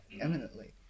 eminently